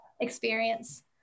experience